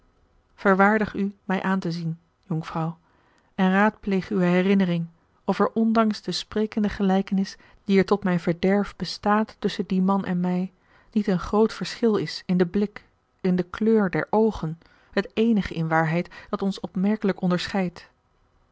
verwaardig u mij aan te zien jonkvrouw en raadpleeg uwe herinnering of er ondanks de sprekende gelijkenis die er tot mijn verderf bestaat tusschen dien man en mij niet een groot verschil is in den blik in de kleur der oogen het eenige in waarheid dat ons opmerkelijk onderscheidt